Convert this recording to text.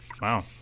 Wow